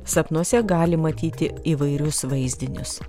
sapnuose gali matyti įvairius vaizdinius